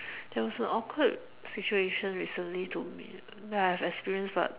there was an awkward situation recently to me that I've experienced but